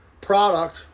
product